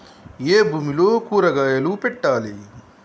ఏ భూమిలో కూరగాయలు పెట్టాలి?